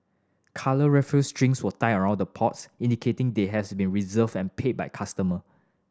coloured raffia strings were tied around the pots indicating they has been reserved and paid by customer